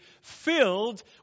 filled